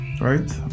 right